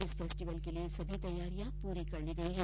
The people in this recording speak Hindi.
इस फेस्टिवल के लिए सभी तैयारियां पूरी कर ली गयी हैं